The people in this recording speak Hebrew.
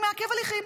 הוא מעכב הליכים.